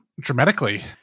Dramatically